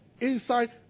inside